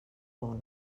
bol